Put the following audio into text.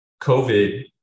COVID